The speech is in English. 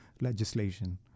legislation